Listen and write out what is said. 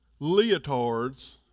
leotards